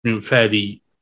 fairly